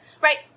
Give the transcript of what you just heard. right